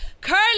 Curly